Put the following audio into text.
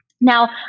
now